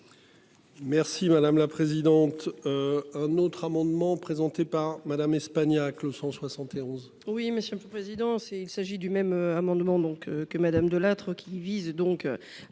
Merci madame la présidente. Un autre amendement présenté par Madame Espagnac l'171. Oui, monsieur le président, c'est il s'agit du même amendement donc que Madame Delattre qui vise donc à